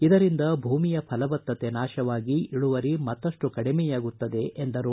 ಇದರಿಂದ ಭೂಮಿಯ ಫಲವತ್ತತೆ ನಾಶವಾಗಿ ಇಳುವರಿ ಮತ್ತಷ್ಟು ಕಡಿಮೆಯಾಗುತ್ತದೆ ಎಂದರು